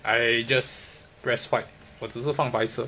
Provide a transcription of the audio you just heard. I just press white 我只是放白色